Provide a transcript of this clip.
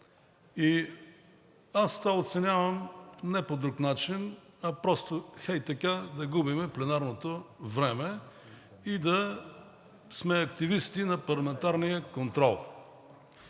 Аз това оценявам не по друг начин, а просто ей така да губим пленарното време и да сме активисти на парламентарния контрол.